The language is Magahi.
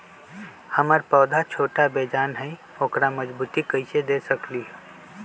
हमर पौधा छोटा बेजान हई उकरा मजबूती कैसे दे सकली ह?